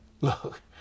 Look